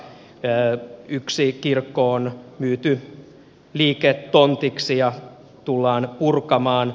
yksi kirkko on myyty liiketontiksi ja tullaan purkamaan